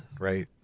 Right